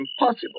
impossible